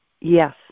yes